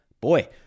boy